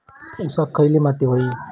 ऊसाक खयली माती व्हयी?